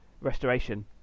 restoration